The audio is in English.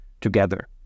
together